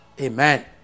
Amen